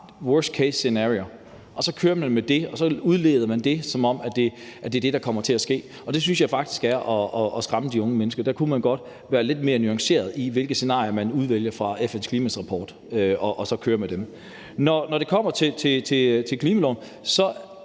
worst case scenario og kører med det, og så udleder man det, som om det er det, der kommer til at ske, og det synes jeg faktisk er at skræmme de unge mennesker. Der kunne man godt være lidt mere nuanceret i, hvilke scenarier man udvælger fra FN's klimarapport, og så køre med dem. Når det kommer til klimaloven, er